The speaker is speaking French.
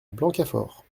blancafort